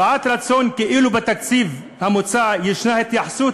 הבעת רצון כאילו בתקציב המוצע יש התייחסות